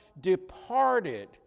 departed